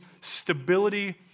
stability